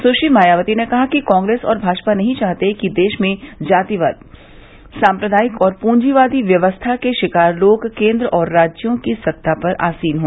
सुश्री मायावती ने कहा कि कांग्रेस और भाजपा नहीं चाहते हैं कि देश में जातिवादी साम्प्रदायिक और पूंजीवादी व्यवस्था के शिकार लोग केन्द्र और राज्यों की सत्ता पर आसीन हो